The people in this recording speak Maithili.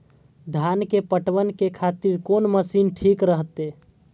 धान के पटवन के खातिर कोन मशीन ठीक रहते?